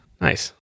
Nice